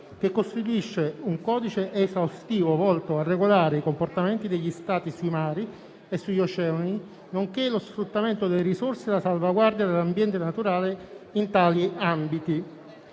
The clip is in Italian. che costituisce un codice esaustivo, volto a regolare i comportamenti degli Stati sui mari e sugli oceani, nonché lo sfruttamento delle risorse e la salvaguardia dell'ambiente naturale in tali ambiti.